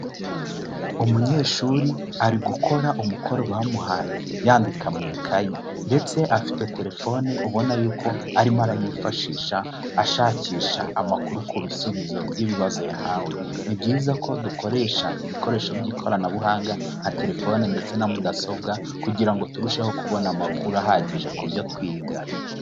Umunyeshuri ari gukora umukoro bamuhaye yandika mu ikayi ndetse afite terefone ubona yuko arimo arayifashisha ashakisha amakuru ku bisubizo by'ibibazo yahawe. Ni byiza ko dukoresha ibikoresho by'ikoranabuhanga nka terefone ndetse na mudasobwa kugira ngo turusheho kubona amakuru ahagije ku byo twiga.